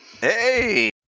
Hey